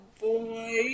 boy